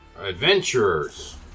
adventurers